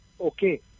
Okay